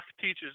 teaches